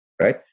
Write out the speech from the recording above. right